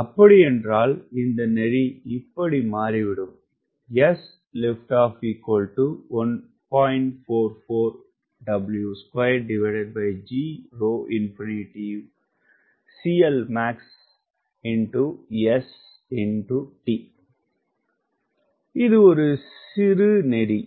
அப்படியென்றால் இந்த நெறி இப்படி மாறிவிடும் இது ஒரு சிறு நெறி